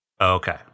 Okay